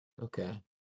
Okay